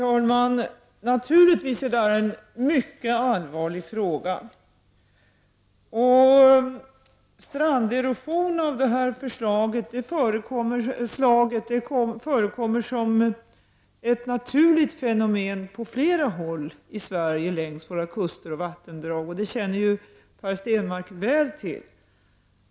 Herr talman! Det här är naturligtvis en mycket allvarlig fråga. Stranderosion av detta slag förekommer som ett naturligt fenomen på flera håll i Sverige, längs kuster och vattendrag, och det känner Per Stenmarck väl till.